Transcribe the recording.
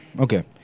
okay